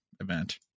event